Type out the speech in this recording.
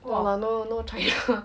no lah no no no china